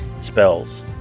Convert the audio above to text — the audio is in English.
spells